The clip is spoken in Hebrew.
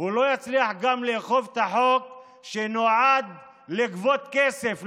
לא יצליח לאכוף גם את החוק שנועד לגבות כסף,